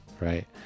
right